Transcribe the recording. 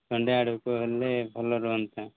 Sunday ଆଡ଼କୁ ହେଲେ ଭଲ ରୁହନ୍ତା